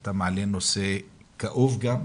אתה מעלה נושא כאוב גם,